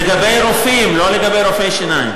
לגבי רופאים, לא לגבי רופאי שיניים.